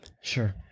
Sure